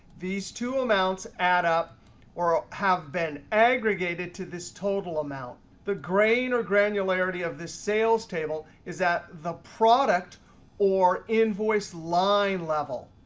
these two amounts add up or have been aggregated to this total amount. the grain or granularity of the sales table is at the product or invoice line level.